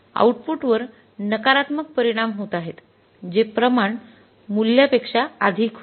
आउटपुटवर नकारात्मक परिणाम होत आहेत जे प्रमाण मूल्यापेक्षा अधिक होते